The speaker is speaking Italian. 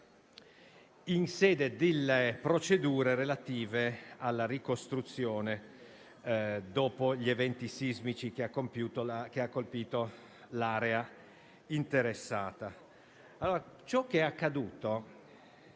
in sede delle procedure relative alla ricostruzione dopo gli eventi sismici che hanno colpito l'area interessata. A Giovanardi